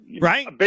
right